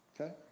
okay